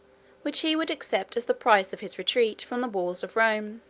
which he would accept as the price of his retreat from the walls of rome